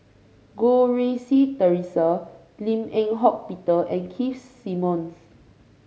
Goh Rui Si Theresa Lim Eng Hock Peter and Keith Simmons